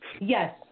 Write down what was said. Yes